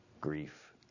grief